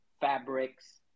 fabrics